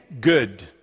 good